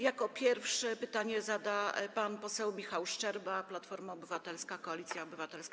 Jako pierwszy pytanie zada pan poseł Michał Szczerba, Platforma Obywatelska - Koalicja Obywatelska.